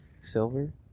Silver